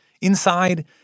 Inside